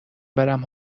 برم